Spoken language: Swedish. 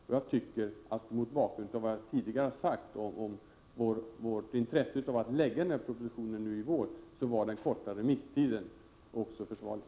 Mot bakgrunden av vad jag tidigare sagt om vårt intresse av att lägga fram den här propositionen i vår, tycker jag att den korta remisstiden var försvarlig.